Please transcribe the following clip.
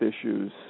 issues